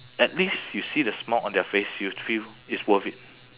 at least you see the smile on their face you feel it's worth it